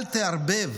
אל תערבב